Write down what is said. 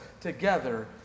together